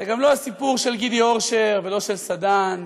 זה גם לא הסיפור של גידי אורשר ולא של סדן.